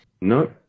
No